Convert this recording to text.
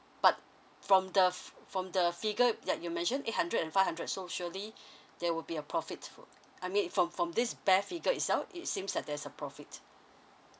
but from the f~ from the figure that you mention eight hundred and five hundred so surely there will be a profit for I mean from from this bare figure itself it seems like there's a profit